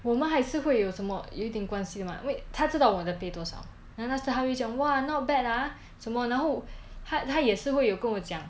我们还是会有什么有一点关系的吗因为她知道我的 pay 多少 then 那时他会讲 !wah! not bad ah 什么然后他他也是会跟我讲